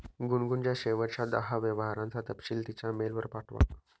गुनगुनच्या शेवटच्या दहा व्यवहारांचा तपशील तिच्या मेलवर पाठवा